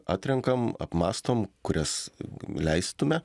atrenkam apmąstom kurias leistume